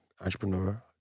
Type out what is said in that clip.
entrepreneur